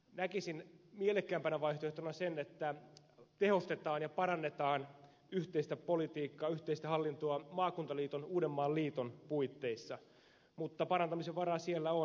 näkisin mielekkäämpänä vaihtoehtona sen että tehostetaan ja parannetaan yhteistä politiikkaa yhteistä hallintoa maakuntaliiton uudenmaan liiton puitteissa mutta parantamisen varaa siellä on